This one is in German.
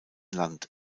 land